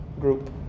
group